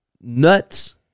nuts